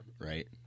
Right